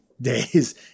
days